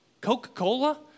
Coca-Cola